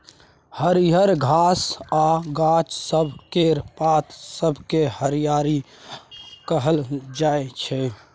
हरियर घास आ गाछ सब केर पात सबकेँ हरियरी कहल जाइ छै